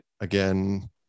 again